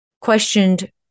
questioned